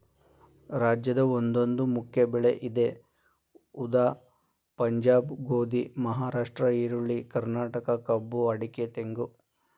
ರಾಜ್ಯದ ಒಂದೊಂದು ಮುಖ್ಯ ಬೆಳೆ ಇದೆ ಉದಾ ಪಂಜಾಬ್ ಗೋಧಿ, ಮಹಾರಾಷ್ಟ್ರ ಈರುಳ್ಳಿ, ಕರ್ನಾಟಕ ಕಬ್ಬು ಅಡಿಕೆ ತೆಂಗು